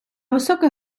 високих